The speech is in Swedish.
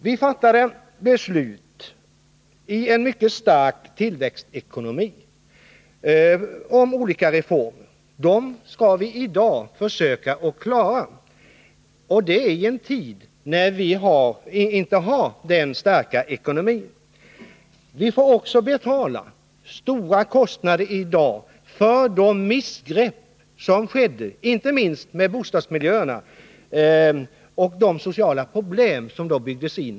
Vi fattade beslut i en mycket stark tillväxtekonomi om olika reformer. Dem skall vi i dag försöka att klara, och det i en tid när vi inte har den starka ekonomin. Vi får i dag också betala stora kostnader för de missgrepp som skedde inte minst i fråga om bostadsmiljöerna och de sociala problem som då byggdes in.